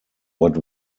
but